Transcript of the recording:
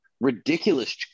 ridiculous